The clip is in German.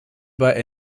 bei